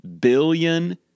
billion